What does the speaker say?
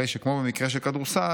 הרי שכמו במקרה של כדורסל,